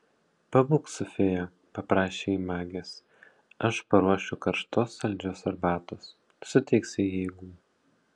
pabūk su fėja paprašė ji magės aš paruošiu karštos saldžios arbatos suteiks jai jėgų